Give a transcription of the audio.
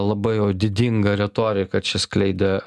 labai jau didingą retoriką čia skleidė